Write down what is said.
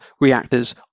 reactors